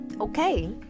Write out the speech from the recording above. okay